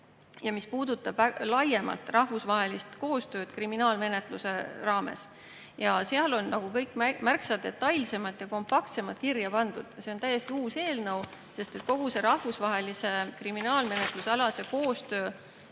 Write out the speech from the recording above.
ja mis puudutab laiemalt rahvusvahelist koostööd kriminaalmenetluse raames. Seal on kõik märksa detailsemalt ja kompaktsemalt kirja pandud. See on täiesti uus eelnõu. Kogu see rahvusvahelise kriminaalmenetlusalase koostöö